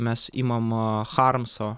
mes imam aa charmso